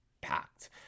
packed